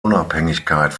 unabhängigkeit